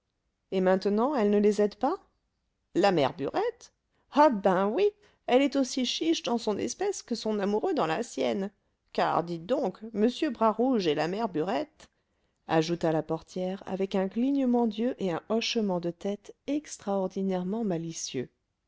et maintenant elle ne les aide pas la mère burette ah bien oui elle est aussi chiche dans son espèce que son amoureux dans la sienne car dites donc m bras rouge et la mère burette ajouta la portière avec un clignement d'yeux et un hochement de tête extraordinairement malicieux